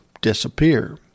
disappear